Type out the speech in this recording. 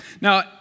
Now